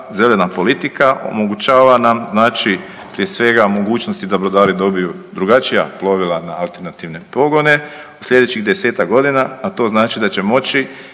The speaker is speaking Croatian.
zelena politika, omogućava nam znači prije svega mogućnosti da brodari dobiju drugačija plovila na alternativne pogone u slijedećih 10-tak godina, a to znači da će moći